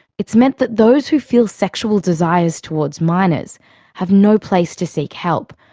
it's meant that those who feel sexual desires towards minors have no place to seek help,